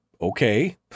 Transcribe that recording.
okay